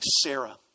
Sarah